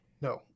No